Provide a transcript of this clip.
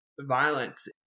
violence